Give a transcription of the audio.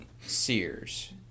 Sears